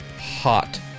hot